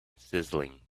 sizzling